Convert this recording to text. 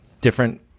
different